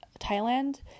Thailand